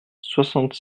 soixante